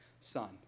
son